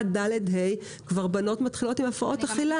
ד'-ה' כבר בנות מתחילות עם הפרעות אכילה.